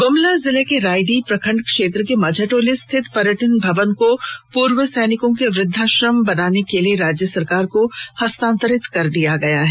गुमला जिले के रायडीह प्रखंड क्षेत्र के माझाटोली स्थित पर्यटन भवन को पूर्व सैनिको के वृद्दाश्रम बनाने के लिए राज्य सरकार को हस्तांतरित कर दिया गया है